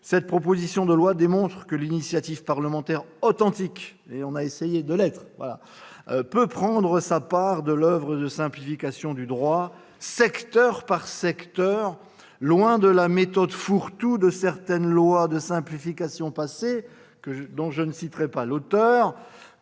cette proposition de loi démontre que l'initiative parlementaire authentique- nous nous sommes efforcés qu'elle le soit -peut prendre sa part de l'oeuvre de simplification du droit, secteur par secteur, loin de la méthode fourre-tout de certaines lois de simplification passées dont je ne citerai pas l'auteur,